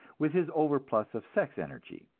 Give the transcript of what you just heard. with his overplus of sex energy.